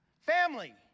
Family